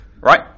right